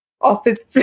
office